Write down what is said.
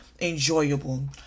enjoyable